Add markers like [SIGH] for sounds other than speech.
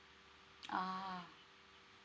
[NOISE] ah